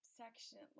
section